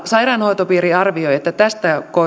sairaanhoitopiiri arvioi että tästä